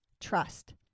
trust